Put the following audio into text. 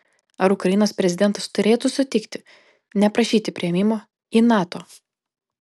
ar ukrainos prezidentas turėtų sutikti neprašyti priėmimo į nato